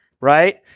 right